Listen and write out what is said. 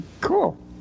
Cool